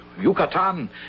Yucatan